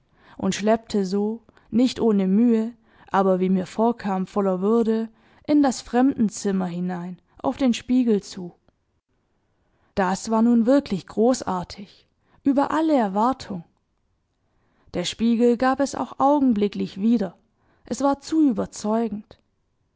und schleppte so nicht ohne mühe aber wie mir vorkam voller würde in das fremdenzimmer hinein auf den spiegel zu das war nun wirklich großartig über alle erwartung der spiegel gab es auch augenblicklich wieder es war zu überzeugend